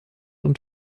und